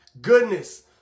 goodness